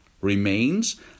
remains